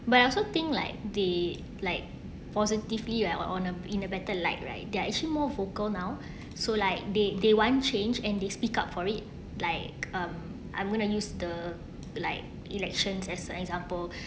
but I also think like the like positively lah what on a in a better light right they are actually more vocal now so like they they want change and they speak up for it like um I'm gonna use the like elections as an example